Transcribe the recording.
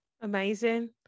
Amazing